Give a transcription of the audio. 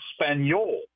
Espanol